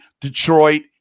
Detroit